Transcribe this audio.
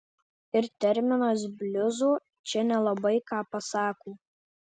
ir terminas bliuzo čia nelabai ką pasako